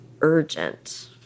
urgent